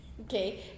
okay